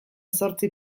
zortzi